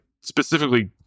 specifically